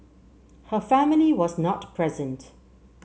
her family was not present